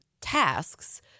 tasks